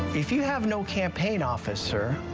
if you have no campaign office, sir,